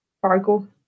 Fargo